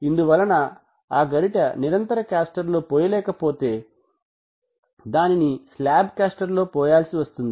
ఇందువలన ఆ గరిటె కంటిన్యూయస్ కాస్టర్ లో పోయలేకపోతే దానిని శ్లాబ్ కాస్టర్ లో పోయాల్సి వస్తుంది